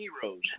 heroes